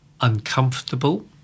uncomfortable